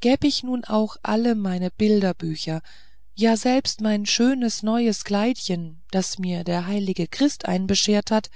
gäb ich nun auch alle meine bilderbücher ja selbst mein schönes neues kleidchen das mir der heilige christ einbeschert hat